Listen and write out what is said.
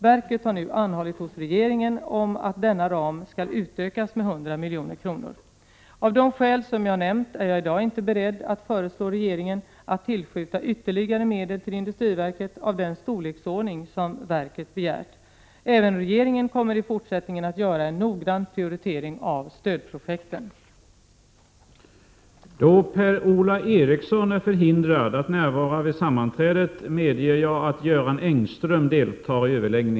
Verket har nu anhållit hos regeringen om att denna ram skall utökas med 100 milj.kr. Av de skäl som jag nämnt är jag i dag inte beredd att föreslå regeringen att tillskjuta ytterligare medel till industriverket av den storleksordning som verket begärt. Även regeringen kommer i fortsättningen att göra en noggrann prioritering av stödprojekten.